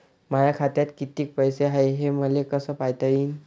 माया खात्यात कितीक पैसे हाय, हे मले कस पायता येईन?